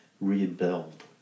rebuild